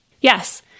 Yes